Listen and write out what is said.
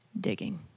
digging